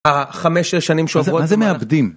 החמש-שש שנים שעוברות... מה זה, מה זה מעבדים?